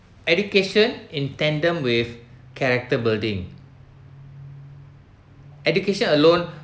education in tandem with character building education alone